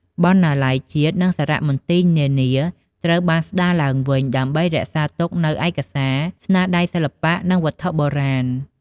បណ្ណាល័យជាតិ និងសារមន្ទីរនានាត្រូវបានស្តារឡើងវិញ ដើម្បីរក្សាទុកនូវឯកសារ ស្នាដៃសិល្បៈ និងវត្ថុបុរាណ។